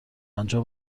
آنجا